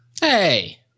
Hey